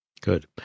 Good